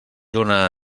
dóna